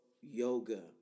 yoga